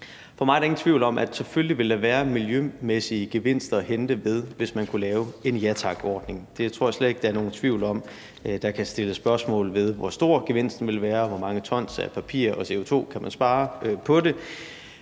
For mig er der ingen tvivl om, at selvfølgelig vil der være miljømæssige gevinster at hente, hvis man kunne lave en ja tak-ordning. Det tror jeg slet ikke der er nogen tvivl om. Der kan stilles spørgsmål ved, hvor stor gevinsten vil være, og hvor mange tons papir og hvor meget CO2 man kan spare på det,